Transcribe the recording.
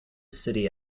city